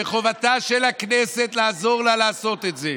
וחובתה של הכנסת לעזור לה לעשות את זה.